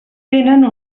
tenen